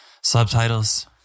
subtitles